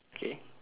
okay